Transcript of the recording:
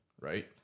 right